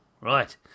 Right